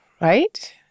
right